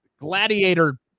gladiator